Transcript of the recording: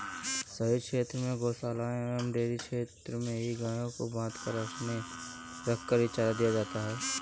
शहरी क्षेत्र में गोशालाओं एवं डेयरी क्षेत्र में ही गायों को बँधा रखकर ही चारा दिया जाता है